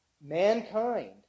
mankind